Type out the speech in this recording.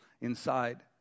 inside